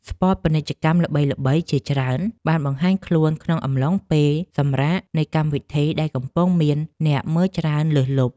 ស្ពតពាណិជ្ជកម្មល្បីៗជាច្រើនបានបង្ហាញខ្លួនក្នុងអំឡុងពេលសម្រាកនៃកម្មវិធីដែលកំពុងមានអ្នកមើលច្រើនលើសលប់។